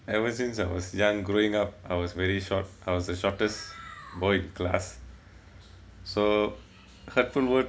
ever since I was young growing up I was very short I was the shortest boy in class so hurtful words